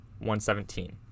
117